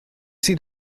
sydd